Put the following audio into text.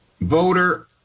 voter